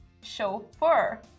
Chauffeur